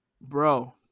Bro